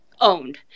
owned